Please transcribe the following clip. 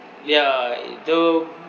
yeah i~ though